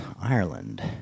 ireland